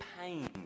pain